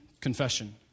confession